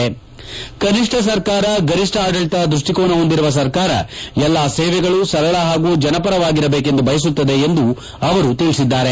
ಕನಿಷ್ಠ ಸರ್ಕಾರ ಗರಿಷ್ಠ ಆಡಳಿತ ದೃಷ್ಟಿಕೋನ ಹೊಂದಿರುವ ಸರ್ಕಾರ ಎಲ್ಲಾ ಸೇವೆಗಳು ಸರಳ ಹಾಗೂ ಜನಪರ ವಾಗಿರಬೇಕೆಂದು ಬಯಸುತ್ತದೆ ಎಂದು ಅವರು ತಿಳಿಸಿದ್ದಾರೆ